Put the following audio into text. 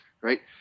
Right